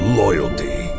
loyalty